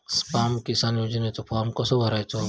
स्माम किसान योजनेचो फॉर्म कसो भरायचो?